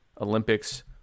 Olympics